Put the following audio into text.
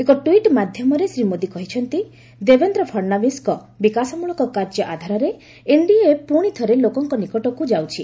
ଏକ ଟ୍ୱିଟ୍ ମାଧ୍ୟମରେ ଶ୍ରୀ ମୋଦି କହିଛନ୍ତି ଦେବେନ୍ଦ୍ର ଫଡନାବିସ୍ଙ୍କ ବିକାଶମୂଳକ କାର୍ଯ୍ୟ ଆଧାରରେ ଏନ୍ଡିଏ ପୁଣି ଥରେ ଲୋକଙ୍କ ନିକଟକୁ ଯାଉଛି